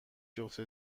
جفت